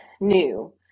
new